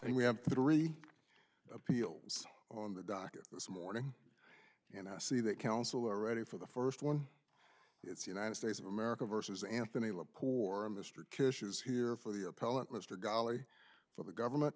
and we have three appeals on the docket this morning and i see that counsel are ready for the first one it's united states of america versus anthony le poor mr king is here for the appellant mr ghali for the government